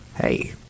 hey